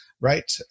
Right